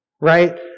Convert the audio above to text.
right